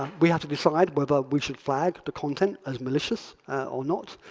ah we have to decide whether we should flag the content as malicious or not.